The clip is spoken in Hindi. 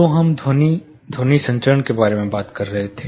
तो हम ध्वनि ध्वनि संचरण के बारे में बात कर रहे थे